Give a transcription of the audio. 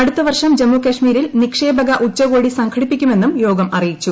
അടുത്ത വർഷം ജമ്മു കാശ്മീരിൽ നിക്ഷേപക ഉച്ചകോടി സംഘടിപ്പിക്കുമെന്നും യോഗം അറിയിച്ചു